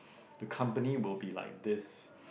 the company will be like this